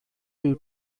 due